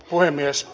puhemies